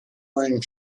laying